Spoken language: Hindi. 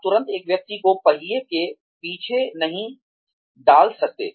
आप तुरंत एक व्यक्ति को पहिया के पीछे नहीं डाल सकते